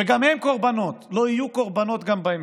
וגם הם קורבנות, לא יהיו קורבנות גם בהמשך.